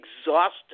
exhausted